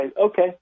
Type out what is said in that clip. okay